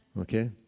okay